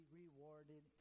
rewarded